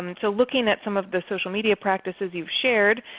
and so looking at some of the social media practices you've shared,